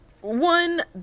one